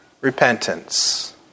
Repentance